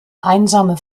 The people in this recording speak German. einsame